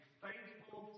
faithful